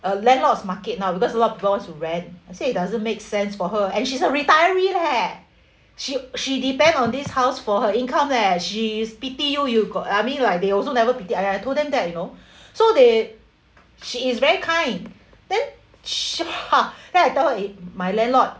a landlord's market now because a lot of people wants to rent I said it doesn't make sense for her and she's a retiree leh she she depends on this house for her income leh she's pity you you got I mean like they also never pity I I told them that you know so they she is very kind then she !huh! then I tell her eh my landlord